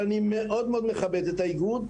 ואני מאוד מכבד את האיגוד,